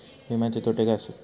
विमाचे तोटे काय आसत?